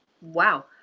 wow